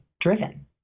driven